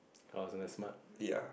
call something smart ya